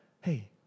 Hey